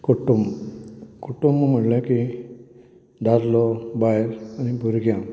कुटुंब कुटुंब म्हणल्यार कितें दादलो बायल आनी भुरग्यां